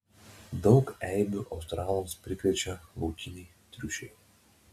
daug eibių australams prikrečia laukiniai triušiai